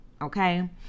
Okay